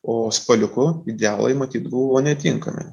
o spaliuku idealai matyt buvo netinkami